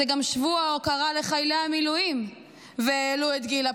זה גם שבוע ההוקרה לחיילי המילואים והעלו את גיל הפטור.